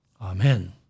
Amen